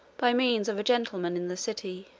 by means of a gentleman in the city,